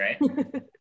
right